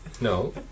No